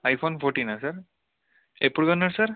iPhone ఫోర్టీనా sir ఎప్పుడు కొన్నారు సార్